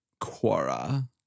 Quora